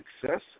success